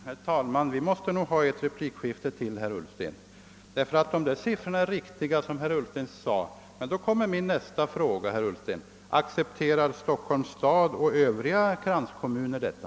Herr talman! Vi måste nog ha ett replikskifte till, herr Ullsten. Dessa siffror är riktiga. Men då kommer min nästa fråga: Accepterar Stockholms stad och de övriga kranskommunerna detta?